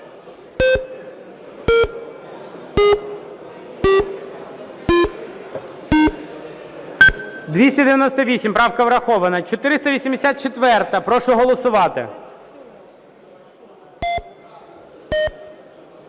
За-298 Правка врахована. 484-а. Прошу голосувати.